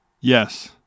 Yes